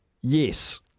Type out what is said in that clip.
Yes